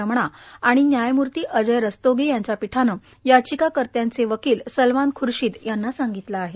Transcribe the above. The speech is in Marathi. रमणा आणि न्यायमूर्ती अजय रस्तोगी यांच्या पीठानं याचिकाकर्त्यांचे वकील सलमान ख्र्शीद यांना सांगितलं आहे